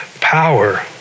power